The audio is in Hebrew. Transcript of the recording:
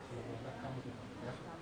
בוקר טוב.